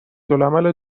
العمل